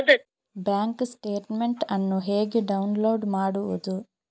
Bank statement ಅನ್ನು ಹೇಗೆ download ಮಾಡುವುದು?